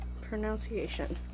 pronunciation